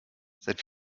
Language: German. seit